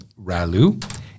Ralu